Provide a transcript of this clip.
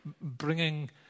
bringing